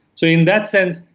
so, in that sense,